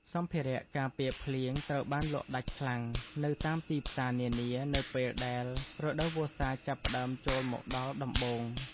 សម្ភារៈការពារភ្លៀងត្រូវបានលក់ដាច់ខ្លាំងនៅតាមទីផ្សារនានានៅពេលដែលរដូវវស្សាចាប់ផ្តើមចូលមកដល់ដំបូង។